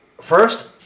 first